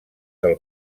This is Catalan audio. del